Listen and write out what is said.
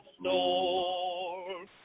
storm